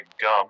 gum